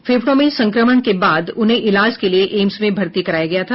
फेफड़ों में संक्रमण के बाद उन्हें इलाज के लिये एम्स में भर्ती कराया गया था